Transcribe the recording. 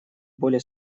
более